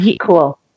cool